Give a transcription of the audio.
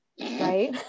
Right